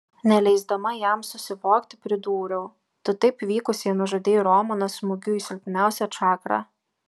neleisdama jam susivokti pridūriau tu taip vykusiai nužudei romaną smūgiu į silpniausią čakrą